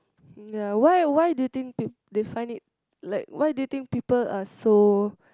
ya why why do you think peo~ they find it like why do you think people are so